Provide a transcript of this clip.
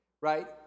right